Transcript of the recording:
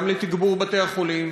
גם לתגבור בתי-החולים,